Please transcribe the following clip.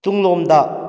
ꯇꯨꯡꯂꯣꯝꯗ